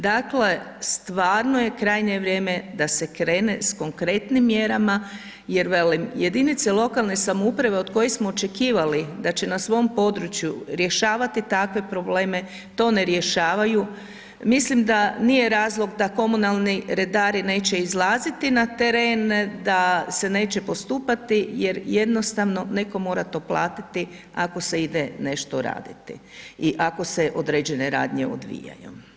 Dakle, stvarno je krajnje vrijeme da se krene s konkretnim mjerama, jer velim, jedinice lokalne samouprave od kojih smo očekivali da će na svom području rješavati takve probleme, to ne rješavaju, mislim da nije razlog da komunalni redari neće izlaziti na teren, da se neće postupati jer jednostavno netko mora to platiti ako se ide nešto raditi, i ako se određene radnje odvijaju.